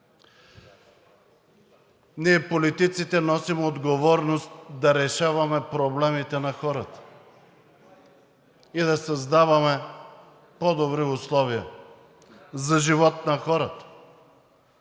Ние, политиците, носим отговорност да решаваме проблемите на хората и да създаваме по-добри условия за живот на хората.